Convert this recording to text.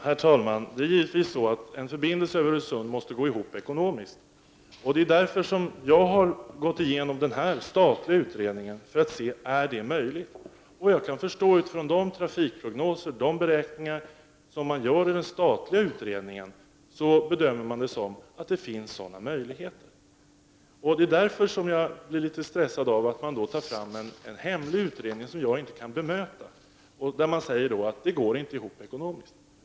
Herr talman! Det är givetvis så att en förbindelse över Sundet måste gå ihop ekonomiskt. Det är därför som jag har gått igenom den statliga utredningen för att se om det är möjligt. Såvitt jag kan förstå av de trafikprognoser och beräkningar som har gjorts i denna utredning har man bedömt att det finns sådana möjligheter. Då blir jag litet stressad av att man tar fram en hemlig utredning som jag inte kan bemöta och där det sägs att det inte går ihop ekonomiskt.